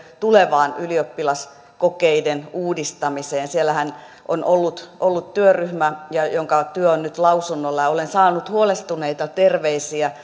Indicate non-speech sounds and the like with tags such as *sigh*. tulevaan ylioppilaskokeiden uudistamiseen siellähän on ollut ollut työryhmä jonka työ on nyt lausunnolla olen saanut huolestuneita terveisiä *unintelligible*